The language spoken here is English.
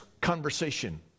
conversation